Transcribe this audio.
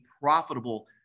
profitable